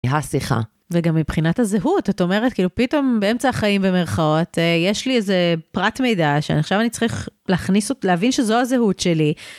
והשיחה. וגם מבחינת הזהות, את אומרת, פתאום באמצע החיים במרכאות, יש לי איזה פרט מידע שעכשיו אני צריך להכניס אותו... להבין שזו הזהות שלי.